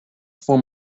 form